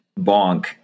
bonk